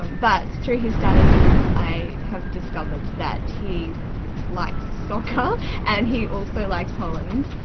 but through his statuses i have discovered that he likes soccer and he also likes holland.